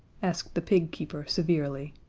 asked the pig keeper, severely.